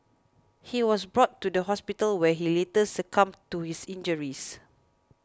he was brought to the hospital where he later succumbed to his injuries